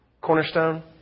Cornerstone